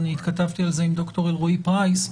ואני התכתבתי על זה עם ד"ר אלרועי פרייס.